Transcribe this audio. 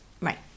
Right